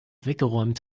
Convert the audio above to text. weggeräumt